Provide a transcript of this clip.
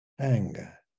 Anger